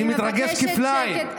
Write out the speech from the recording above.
אני מתרגש כפליים,